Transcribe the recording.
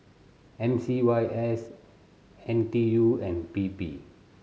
M C Y S N T U and P P